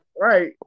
right